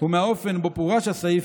ומהאופן שבו פורש הסעיף,